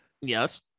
Yes